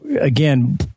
again